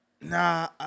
Nah